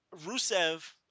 Rusev